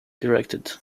directed